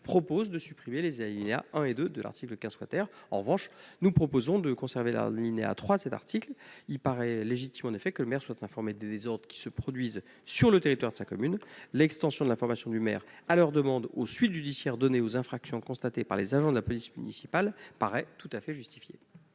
proposons de supprimer les alinéas 1 et 2 de l'article 15 tout en en conservant l'alinéa 3. Il paraît en effet légitime que le maire soit informé des désordres qui se produisent sur le territoire de sa commune. L'extension de l'information des maires, à leur demande, aux suites judiciaires données aux infractions constatées par les agents de la police municipale paraît tout à fait justifiée.